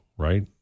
right